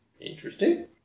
Interesting